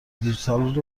دیجیتال